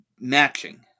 Matching